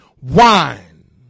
Wine